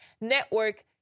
Network